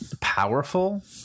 powerful